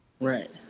Right